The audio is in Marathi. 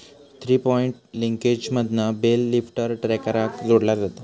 थ्री पॉइंट लिंकेजमधना बेल लिफ्टर ट्रॅक्टराक जोडलो जाता